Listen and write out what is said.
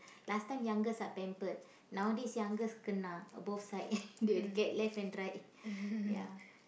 last time youngest are pampered nowadays youngest kena both side they get left and right ya